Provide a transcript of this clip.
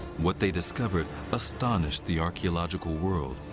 what they discovered astonished the archaeological world.